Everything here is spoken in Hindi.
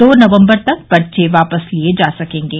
दो नवम्बर तक पर्चे वापस लिये जा सकेंगे